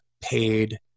paid